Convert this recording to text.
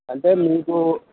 అంటే మీకు